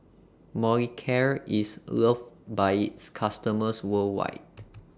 Molicare IS loved By its customers worldwide